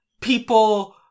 people